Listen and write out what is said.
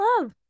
love